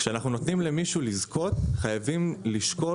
כשאנחנו נותנים למישהו לזכות חייבים לשקול